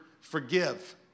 forgive